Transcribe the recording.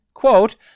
Quote